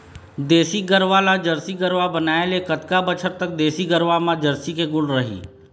देसी गरवा ला जरसी गरवा बनाए ले कतका बछर तक देसी गरवा मा जरसी के गुण रही?